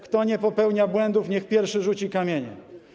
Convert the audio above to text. Kto nie popełnia błędów, niech pierwszy rzuci kamieniem.